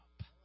up